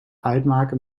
uitmaken